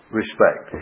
respect